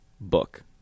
book